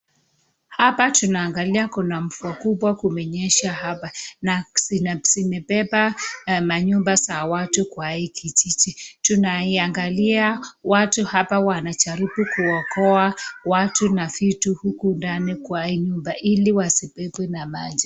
Hapa tunaangalia kuna mvua kubwa kunyesha hapa. Na na zimebeba manyumba za watu kwa hiki kiti. Tunaiangalia watu hapa wanajaribu kuokoa watu na vitu huku ndani kwa hii nyumba ili wasipekwe na maji.